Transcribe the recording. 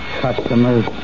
customers